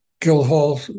Guildhall